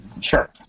Sure